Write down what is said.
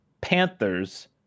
Panthers